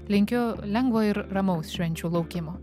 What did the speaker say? linkiu lengvo ir ramaus švenčių laukimo